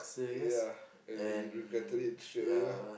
yeah and he regretted it straightaway lah